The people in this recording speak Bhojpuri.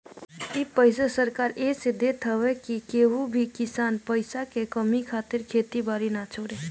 इ पईसा सरकार एह से देत हवे की केहू भी किसान पईसा के कमी से खेती बारी के काम ना छोड़े